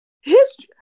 history